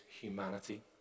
humanity